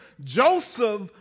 Joseph